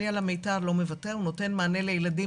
אני על המיתר לא מוותר כי הוא נותן מענה לילדים